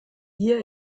hier